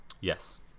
yes